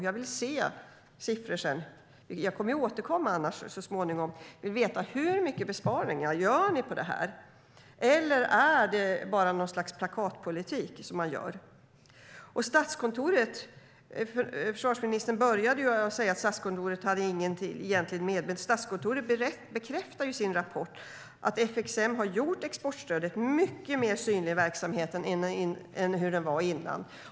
Jag vill se siffror sedan. Annars kommer jag att återkomma så småningom. Jag vill veta: Hur mycket besparingar gör ni på det här? Eller gör man bara något slags plakatpolitik? Försvarsministern började med att prata om Statskontoret. Men Statskontoret bekräftar i sin rapport att FXM har gjort exportstödet mycket mer synligt i verksamheten än det var tidigare.